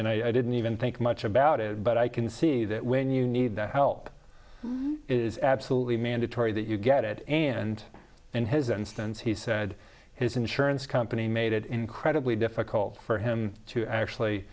and i didn't even think much about it but i can see that when you need the help is absolutely mandatory that you get it and in his instance he said his insurance company made it incredibly difficult for him to actually